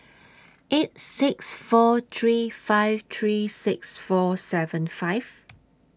eight six four three five three six four seven five